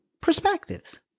perspectives